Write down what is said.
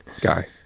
guy